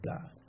God